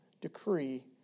decree